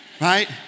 right